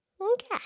Okay